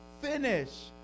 finish